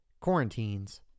quarantines